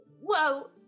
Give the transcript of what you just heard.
Whoa